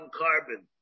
carbon